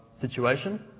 situation